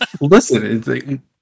Listen